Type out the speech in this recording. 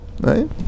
right